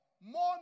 more